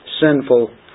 sinful